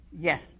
Yes